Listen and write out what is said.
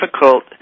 difficult